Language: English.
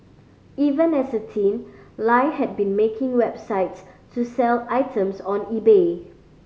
even as a teen Lie had been making websites to sell items on eBay